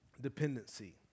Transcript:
dependency